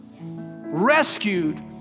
rescued